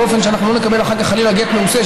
באופן שאנחנו לא נקבל אחר כך חלילה גט מעושה,